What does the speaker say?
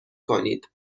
کنید